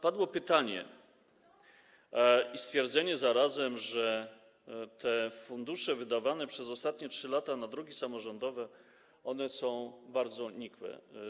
Padło pytanie i stwierdzenie zarazem, że te fundusze wydawane przez ostatnie 3 lata na drogi samorządowe są bardzo nikłe.